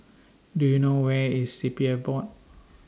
Do YOU know Where IS C P F Board